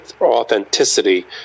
authenticity